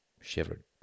shivered